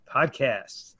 Podcast